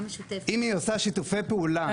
אם היא עושה שיתופי פעולה --- בהנפקה משותפת.